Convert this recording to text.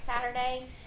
Saturday